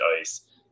ice